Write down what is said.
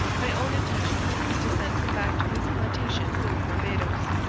my own intention is to send him back to his plantation in barbados.